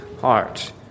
heart